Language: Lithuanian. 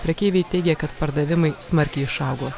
prekeiviai teigia kad pardavimai smarkiai išaugo